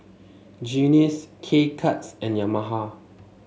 Guinness K Cuts and Yamaha